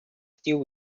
still